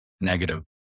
negative